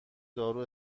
دارو